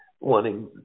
wanting